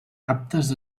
aptes